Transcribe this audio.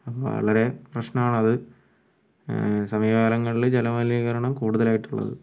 അപ്പോൾ വളരെ പ്രശ്നമാണത് സമീപ കാലങ്ങളിൽ ജല മലിനീകരണം കൂടുതലായിട്ടുള്ളത്